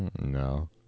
no